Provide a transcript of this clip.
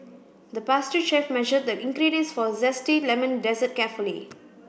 the pastry chef measured the ingredients for a zesty lemon desert carefully